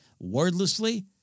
wordlessly